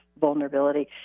vulnerability